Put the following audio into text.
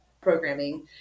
programming